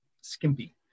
skimpy